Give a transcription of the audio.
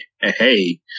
hey